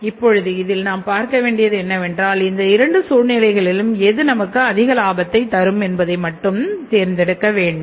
இப்பொழுது இதில் நாம் பார்க்க வேண்டியது என்னவென்றால் இந்த இரண்டு சூழ்நிலையில் எது நமக்கு அதிக லாபத்தை தரும் என்பதை மட்டும் தேர்ந்தெடுக்க வேண்டும்